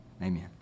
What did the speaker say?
Amen